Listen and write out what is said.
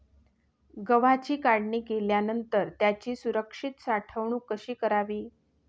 गव्हाची काढणी केल्यानंतर त्याची सुरक्षित साठवणूक कशी करावी?